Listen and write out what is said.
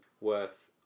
worth